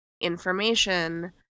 information